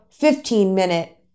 15-minute